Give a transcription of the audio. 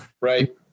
Right